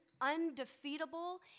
undefeatable